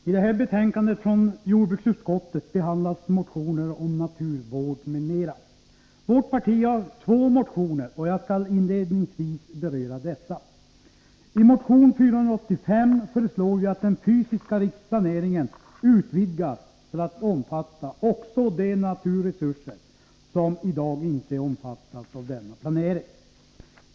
I det här betänkandet från jordbruksutskottet behandlas motioner om naturvård m.m. Vårt parti har två motioner, och jag skall inledningsvis beröra dessa. I motion 485 föreslår vi att den fysiska riksplaneringen utvidgas till att omfatta också de naturresurser som i dag inte omfattas av denna planering.